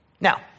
Now